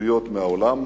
חיוביות מהעולם,